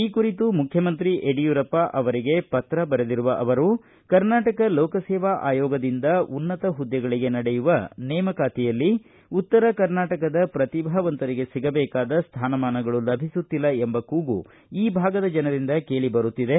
ಈ ಕುರಿತು ಮುಖ್ಯಮಂತ್ರಿ ಯಡಿಯೂರಪ್ಪ ಅವರಿಗೆ ಪತ್ರ ಬರೆದಿರುವ ಅವರು ಕರ್ನಾಟಕ ಲೋಕಸೇವಾ ಆಯೋಗದಿಂದ ಉನ್ನತ ಹುದ್ದೆಗಳಿಗೆ ನಡೆಯುವ ನೇಮಕಾತಿಯಲ್ಲಿ ಉತ್ತರ ಕರ್ನಾಟಕದ ಪ್ರತಿಭಾವಂತರಿಗೆ ಸಿಗಬೇಕಾದ ಸ್ಥಾನಮಾನಗಳು ಲಭಿಸುತ್ತಿಲ್ಲ ಎಂಬ ಕೂಗು ಈ ಭಾಗದ ಜನರಿಂದ ಕೇಳಬರುತ್ತಿದೆ